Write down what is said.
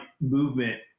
movement